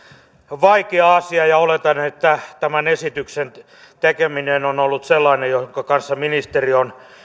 vaikea asia ja oletan että tämän esityksen tekeminen on ollut sellainen jonka kanssa ministeri on